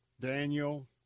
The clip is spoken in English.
Daniel